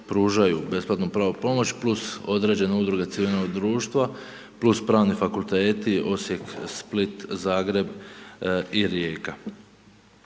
besplatnu pravnu pomoć plus određene udruge civilnog društva plus Pravni fakulteti Osijek, Split, Zagreb i Rijeka.